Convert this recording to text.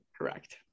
Correct